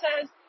says